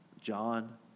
John